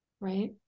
Right